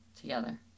together